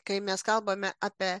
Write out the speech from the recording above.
kai mes kalbame apie